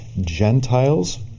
Gentiles